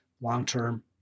long-term